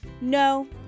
No